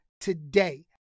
today